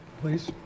please